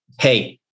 hey